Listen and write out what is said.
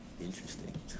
Interesting